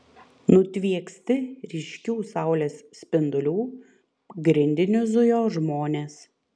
nutvieksti ryškių saulės spindulių grindiniu zujo žmonės